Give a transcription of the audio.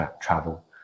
travel